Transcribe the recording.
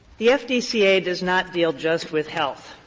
the fdca does not deal just with health.